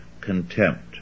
contempt